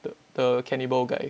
the the cannibal guy